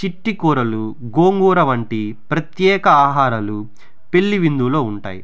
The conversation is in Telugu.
చిట్టి కూరలు గోంగూర వంటి ప్రత్యేక ఆహారాలు పెళ్లి విందులో ఉంటాయి